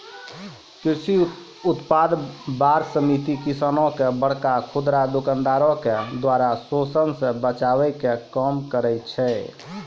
कृषि उत्पाद बार समिति किसानो के बड़का खुदरा दुकानदारो के द्वारा शोषन से बचाबै के काम करै छै